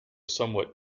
somewhat